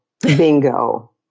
Bingo